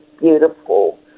beautiful